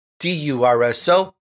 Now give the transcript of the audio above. D-U-R-S-O